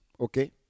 okay